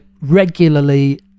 regularly